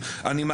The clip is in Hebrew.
ו-ב',